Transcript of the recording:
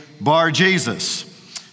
Bar-Jesus